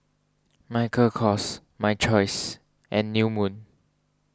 Michael Kors My Choice and New Moon